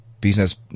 business